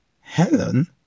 helen